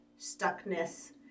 stuckness